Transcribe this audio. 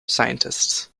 scientists